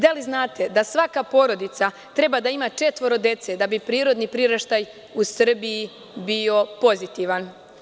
Da li znate da svaka porodica treba da ima četvoro dece da bi prirodni priraštaj u Srbiji bio pozitivan?